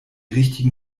richtigen